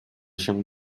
się